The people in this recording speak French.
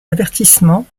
avertissement